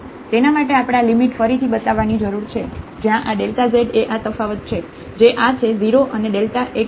તેના માટે આપણે આ લિમિટ ફરીથી બતાવવાની જરૂર છે જ્યાં આ z એ આ તફાવત છે જે આ છે 0 અને x વાય